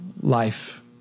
life